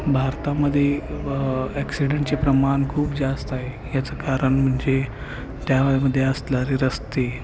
भारतामध्ये ॲक्सिडंटचे प्रमाण खूप जास्त आहे याचं कारण म्हणजे त्या मध्ये असणारे रस्ते